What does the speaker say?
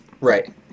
Right